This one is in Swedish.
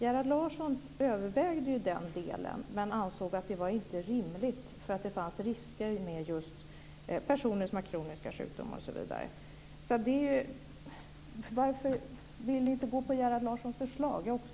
Gerhard Larsson övervägde den delen men ansåg att det inte var rimligt, därför att det fanns risker med just personer som har kroniska sjukdomar osv. Varför vill ni inte gå på